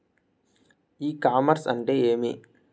ఇ commerce అంటే ఏమి?